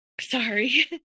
sorry